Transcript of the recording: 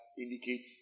indicates